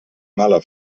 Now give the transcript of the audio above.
mala